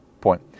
point